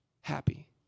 happy